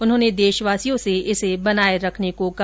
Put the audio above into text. उन्होंने देशवासियों से इसे बनाये रखने को कहा